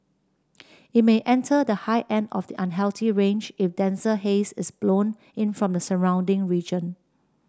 it may enter the high end of the unhealthy range if denser haze is blown in from the surrounding region